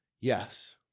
Yes